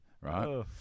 Right